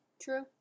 true